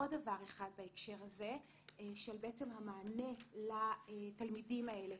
עוד דבר בהקשר הזה של המענה לתלמידים האלה